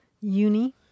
Uni